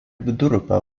vidurupio